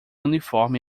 uniforme